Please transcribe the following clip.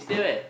stay where